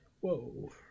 Whoa